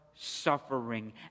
suffering